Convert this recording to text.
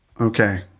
Okay